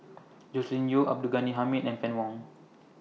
Joscelin Yeo Abdul Ghani Hamid and Fann Wong